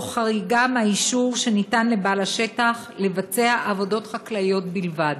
תוך חריגה מהאישור שניתן לבעל השטח לבצע עבודות חקלאיות בלבד.